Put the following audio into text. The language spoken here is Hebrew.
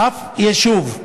אף יישוב.